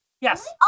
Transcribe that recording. Yes